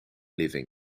living